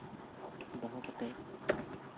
ᱫᱚᱦᱚ ᱠᱟᱛᱮ